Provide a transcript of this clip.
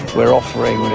we're offering a